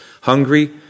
hungry